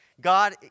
God